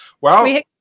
Well-